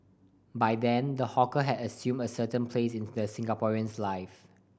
by then the hawker had assumed a certain place in the Singaporean's life